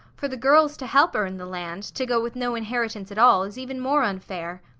for the girls to help earn the land, to go with no inheritance at all, is even more unfair.